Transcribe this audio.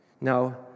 Now